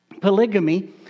Polygamy